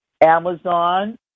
Amazon